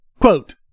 Quote